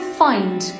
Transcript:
find